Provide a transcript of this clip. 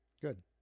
Good